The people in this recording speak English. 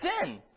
sin